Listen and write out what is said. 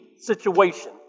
situation